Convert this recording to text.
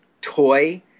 toy